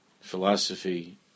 philosophy